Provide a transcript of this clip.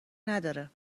نداره